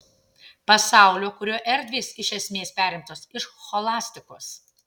pasaulio kurio erdvės iš esmės perimtos iš scholastikos